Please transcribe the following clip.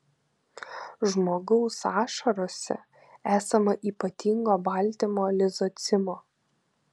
žmogaus ašarose esama ypatingo baltymo lizocimo